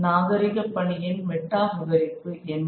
நாகரீக பணியின் மெட்டா விவரிப்பு என்ன